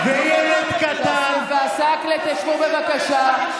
וילד קטן, חברי הכנסת כסיף ועסאקלה, תשבו, בבקשה.